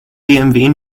bmw